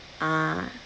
ah